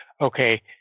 okay